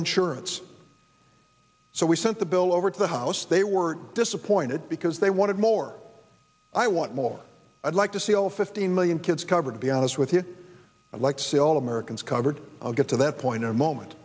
insurance so we sent the bill over to the house they were disappointed because they wanted more i want more i'd like to see all fifteen million kids covered be honest with you i'd like to see all americans covered i'll get to that point in a moment